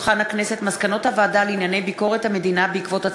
מסקנות הוועדה לענייני ביקורת המדינה בעקבות דיון